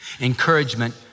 Encouragement